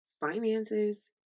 finances